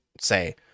say